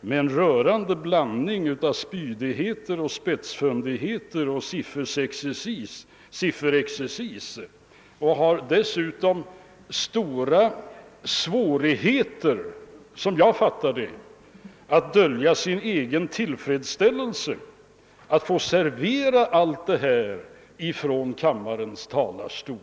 med en rörande blandning av spydigheter och spetsfundigheter och sifferexercis. Vidare har hon tydligen svårt att dölja sin egen tillfredsställelse över att få servera allt detta från kammarens talarstol.